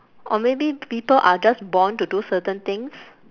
or maybe people are just born to do certain things